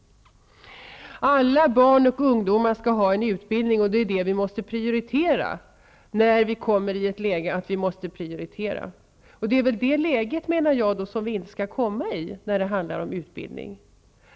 Alla barn och ungdomar skall ha en utbildning, och detta måste vi prioritera när vi kommer i ett läge där vi måste prioritera, säger statsrådet. Men ett sådant läge, menar jag, skall vi inte hamna i inom utbildning.